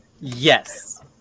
Yes